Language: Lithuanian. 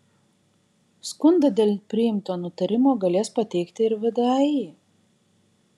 skundą dėl priimto nutarimo galės pateikti ir vdai